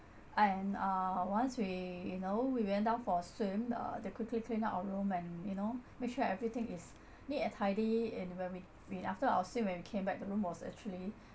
and uh once we you know we went down for a swim uh they quickly clean up our room and you know make sure everything is neat and tidy and when we we after our swim when we came back the room was actually